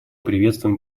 приветствуем